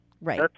Right